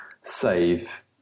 save